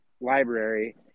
library